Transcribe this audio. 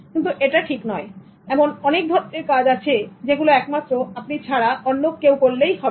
কিন্তু এটা ঠিক নয় এমন অনেক ধরনের কাজ আছে যে গুলো একমাত্র আপনি ছাড়া অন্য কেউ করলে হবে না